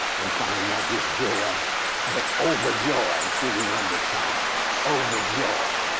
and finding not just joy but overjoy in stevie wonder's song overjoy.